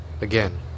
Again